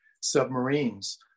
submarines